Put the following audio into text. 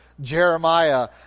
Jeremiah